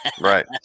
right